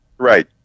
Right